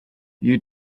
you